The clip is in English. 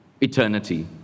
eternity